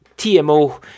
TMO